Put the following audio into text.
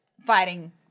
fighting